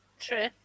True